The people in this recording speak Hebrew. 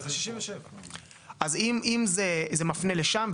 אז זה 67. אז אם זה מפנה לשם,